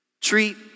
treat